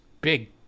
big